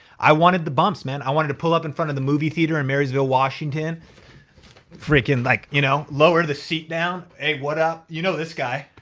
i wanted the bumps. i wanted to pull up in front of the movie theater in marysville, washington freaking like, you know lower the seat down. hey, what up? you know, this guy.